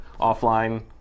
offline